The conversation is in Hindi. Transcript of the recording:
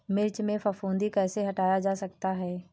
मिर्च में फफूंदी कैसे हटाया जा सकता है?